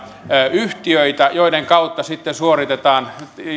yhtiöitä joiden kautta sitten suoritetaan